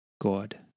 God